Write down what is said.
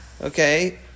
Okay